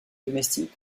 domestique